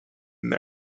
there